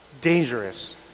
dangerous